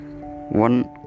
One